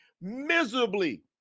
miserably